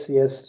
yes